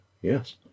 Yes